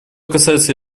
касается